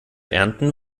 ernten